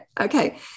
okay